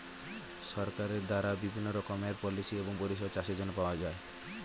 সরকারের দ্বারা বিভিন্ন রকমের পলিসি এবং পরিষেবা চাষের জন্য পাওয়া যায়